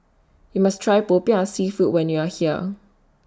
YOU must Try Popiah Seafood when YOU Are here